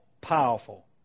powerful